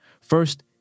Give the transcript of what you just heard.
First